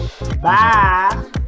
Bye